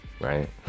right